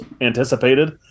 anticipated